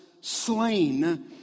slain